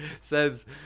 says